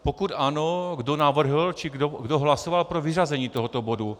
Pokud ano, kdo navrhl či kdo hlasoval pro vyřazení tohoto bodu.